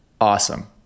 awesome